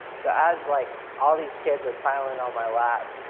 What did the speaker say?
so as, like, all these kids are piling on my lap,